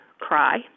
cry